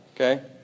Okay